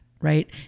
right